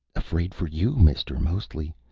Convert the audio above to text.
afraid for you, mister, mostly.